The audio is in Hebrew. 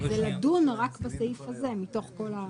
ולדון רק בסעיף הזה מתוך כל הפנייה.